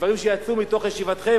מדברים שיצאו מתוך ישיבתכם,